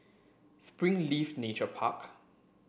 Springleaf Nature Park